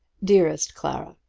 dearest clara,